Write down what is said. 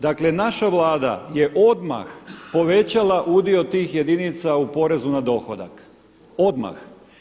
Dakle naša Vlada je odmah povećala udio tih jedinica u porezu na dohodak, odmah.